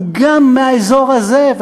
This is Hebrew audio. הוא גם מהאזור הזה,